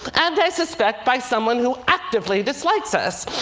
and i suspect, by someone who actively dislikes us.